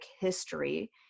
history